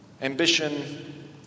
Ambition